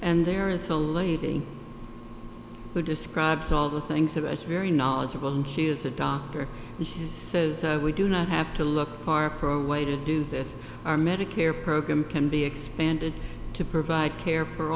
and there is a lady who describes all the things of us very knowledgeable and she is a doctor and she says we do not have to look far pro way to do this our medicare program can be expanded to provide care for